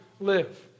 live